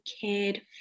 cared